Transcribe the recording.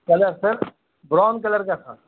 colour sir brown colour کا تھا